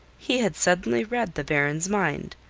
he had suddenly read the baron's mind.